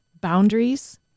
boundaries